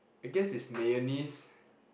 I guess is mayonnaise